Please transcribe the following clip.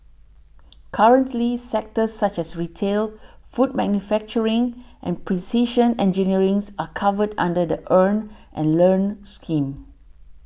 currently sectors such as retail food manufacturing and precision engineerings are covered under the Earn and Learn scheme